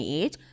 age